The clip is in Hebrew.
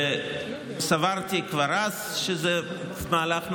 סברתי כבר אז שזה מהלך נכון,